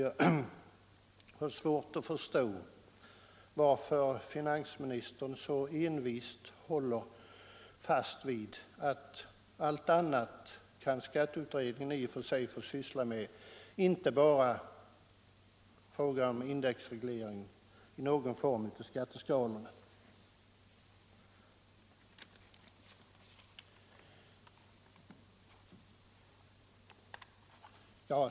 Jag har svårt att förstå varför finansministern så envist håller fast vid att allt annat kan skatteutredningen få syssla med, bara inte frågan om någon form av indexreglering av skatteskalorna.